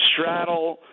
straddle